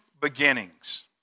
beginnings